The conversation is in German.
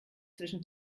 zwischen